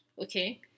okay